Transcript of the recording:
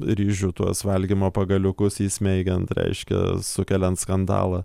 ryžių tuos valgymo pagaliukus įsmeigiant reiškia sukeliant skandalą